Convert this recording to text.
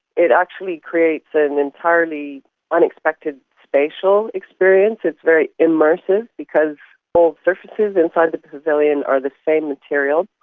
it actually creates an entirely unexpected spatial experience, it's very immersive because all surfaces inside the pavilion are the same material.